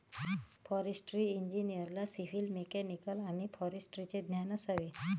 forestry इंजिनिअरला civil, mechanical आणि फॉरेस्ट्रीचे ज्ञान असावे